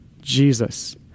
Jesus